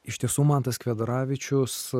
iš tiesų mantas kvedaravičius